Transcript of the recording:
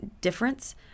difference